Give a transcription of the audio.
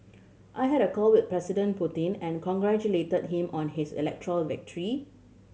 I had a call with President Putin and congratulated him on his electoral victory